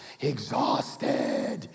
exhausted